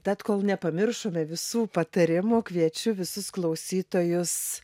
tad kol nepamiršome visų patarimų kviečiu visus klausytojus